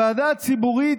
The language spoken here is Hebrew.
הוועדה הציבורית,